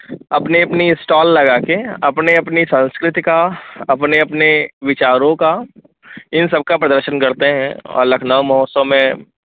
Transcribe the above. अपनी अपनी स्टॉल लगाकर अपनी अपनी संस्कृति का अपने अपने विचारों का इन सब का प्रदर्शन करते हैं और लखनऊ महोत्सव में